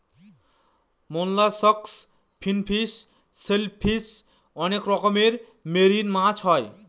mollusc, finfish, shellfish অনেক রকমের marine মাছ হয়